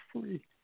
free